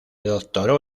doctoró